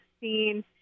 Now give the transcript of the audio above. seen –